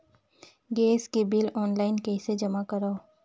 Gas के bill online कइसे जमा करव?